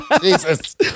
Jesus